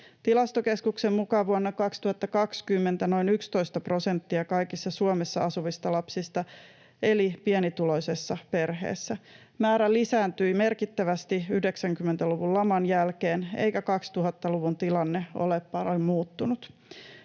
Tilastokeskuksen mukaan vuonna 2020 noin 11 prosenttia kaikista Suomessa asuvista lapsista eli pienituloisessa perheessä. Määrä lisääntyi merkittävästi 90-luvun laman jälkeen, eikä 2000-luvun tilanne ole paljon muuttunut.